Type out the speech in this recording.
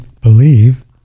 believe